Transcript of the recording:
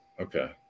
Okay